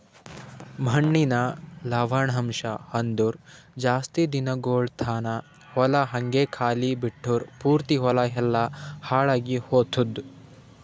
ಮಣ್ಣಿನ ಲವಣಾಂಶ ಅಂದುರ್ ಜಾಸ್ತಿ ದಿನಗೊಳ್ ತಾನ ಹೊಲ ಹಂಗೆ ಖಾಲಿ ಬಿಟ್ಟುರ್ ಪೂರ್ತಿ ಹೊಲ ಎಲ್ಲಾ ಹಾಳಾಗಿ ಹೊತ್ತುದ್